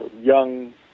young